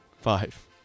Five